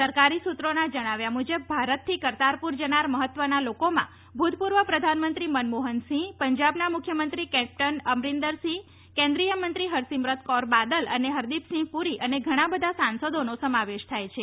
સરકારી સૂત્રોના જણાવ્યા મુજબ ભારતથી કરતારપુર જનાર મહત્વના લોકોમાં ભૂતપૂર્વ પ્રધાનમંત્રી મનમોહનસિંહ પંજાબના મુખ્યમંત્રી કેપ્ટન અમરિંદરસિંહ કેન્દ્રીય મંત્રી હરસિમરત કૌર બાદલ અને હરદીપસિંહ પૂરી અને ઘણાં બધા સાંસદોનો સમાવેશ થાય છે